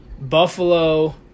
Buffalo